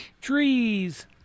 Trees